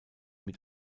mit